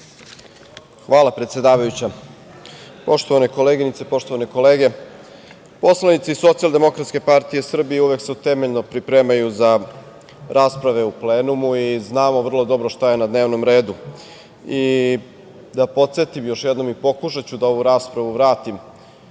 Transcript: Hvala predsedavajuća. Poštovane koleginice, poštovane kolege, poslanici SDPS uvek se temeljno pripremaju za rasprave u plenumu i znamo vrlo dobro šta je na dnevnom redu. Da podsetim još jednom i pokušaću da ovu raspravu vratim